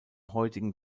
heutigen